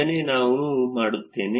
ಇದನ್ನೇ ನಾವು ಮಾಡುತ್ತೇವೆ